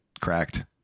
cracked